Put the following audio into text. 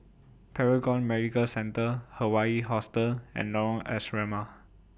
Paragon Medical Centre Hawaii Hostel and Lorong Asrama